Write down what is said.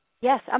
Yes